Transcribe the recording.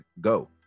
go